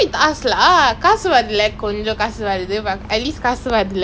oh you know my sister she got the [what] express pass